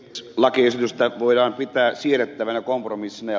lakiesitystä voidaan pitää siedettävänä kompromissina